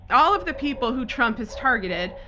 all of the people who trump has targeted,